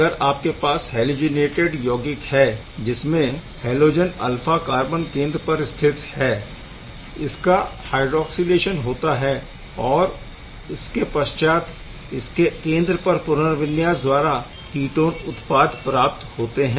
अगर आपके पास हैलोजिनेटेड यौगिक है जिसमें हैलोजन अल्फा कार्बन केंद्र पर स्थित है इसका हायड्रॉक्सिलेशन होता है और उसके पश्चात इसके केंद्र पर पुनर्विन्यास द्वारा कीटोन उत्पाद प्राप्त होते है